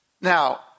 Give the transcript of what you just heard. Now